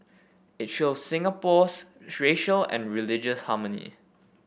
it shows Singapore's racial and religious harmony